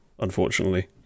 unfortunately